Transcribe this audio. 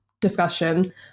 discussion